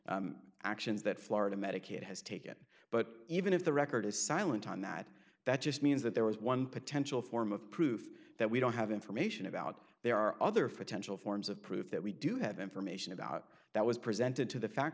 enforcement actions that florida medicaid has taken but even if the record is silent on that that just means that there was one potential form of proof that we don't have information about there are other for tensional forms of proof that we do have information about that was presented to the fact